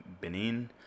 Benin